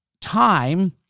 Time